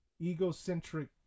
egocentric